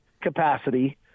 capacity